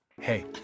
hey